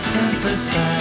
empathize